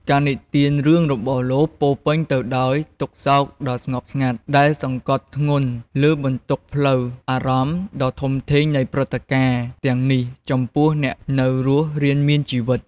ការនិទានរឿងរបស់លោកពោរពេញទៅដោយទុក្ខសោកដ៏ស្ងប់ស្ងាត់ ដែលសង្កត់ធ្ងន់លើបន្ទុកផ្លូវអារម្មណ៍ដ៏ធំធេងនៃព្រឹត្តិការណ៍ទាំងនេះចំពោះអ្នកនៅរស់រានមានជីវិត។